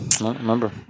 Remember